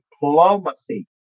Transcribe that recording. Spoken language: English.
diplomacy